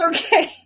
Okay